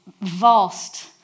vast